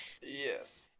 Yes